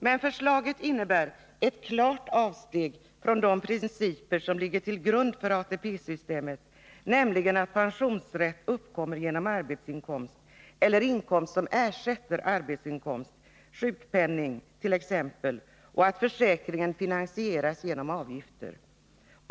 Men förslaget innebär ett klart avsteg från de principer som ligger till grund för ATP-systemet, nämligen att pensionsrätten uppkommer genom arbetsinkomst eller genom inkomst som ersätter arbetsinkomst, t.ex. sjukpenning, och att försäkringen finansieras genom avgifter.